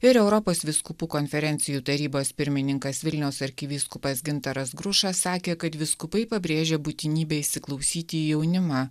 ir europos vyskupų konferencijų tarybos pirmininkas vilniaus arkivyskupas gintaras grušas sakė kad vyskupai pabrėžė būtinybę įsiklausyti į jaunimą